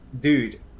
Dude